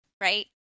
right